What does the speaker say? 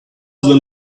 them